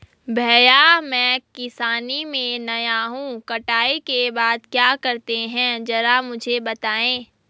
भैया मैं किसानी में नया हूं कटाई के बाद क्या करते हैं जरा मुझे बताएं?